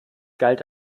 galt